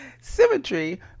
Symmetry